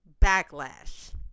backlash